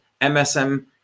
MSM